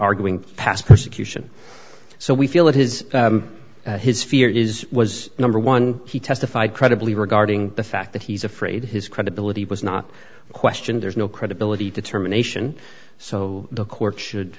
arguing past persecution so we feel that his his fear is was number one he testified credibly regarding the fact that he's afraid his credibility was not questioned there's no credibility determination so the court should